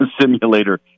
Simulator